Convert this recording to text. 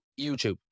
YouTube